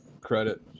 credit